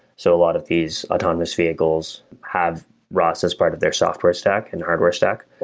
so a lot of these autonomous vehicles have ross as part of their software stack and hardware stack.